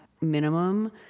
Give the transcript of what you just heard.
minimum